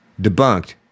debunked